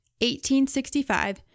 1865